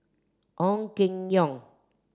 Ong Keng Yong